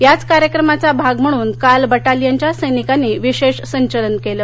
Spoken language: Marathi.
याच कार्यक्रमाचा भाग म्हणून काल बटालियनच्या सैनिकांनी विशेष संचलन केलं